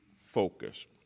focus